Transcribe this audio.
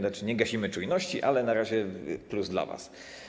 Nie gasimy czujności, ale na razie plus dla was.